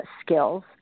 skills